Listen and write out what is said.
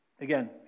Again